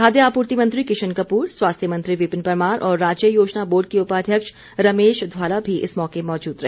खाद्य आपूर्ति मंत्री किशन कपूर स्वास्थ्य मंत्री विपिन परमार और राज्य योजना बोर्ड के उपाध्यक्ष रमेश ध्वाला भी इस मौके मौजूद रहे